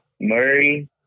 Murray